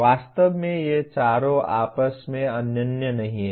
वास्तव में ये चारों आपस में अनन्य नहीं हैं